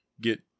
get